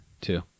two